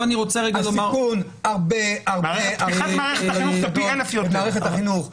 הסיכון הרבה הרבה יותר גדול במערכת החינוך.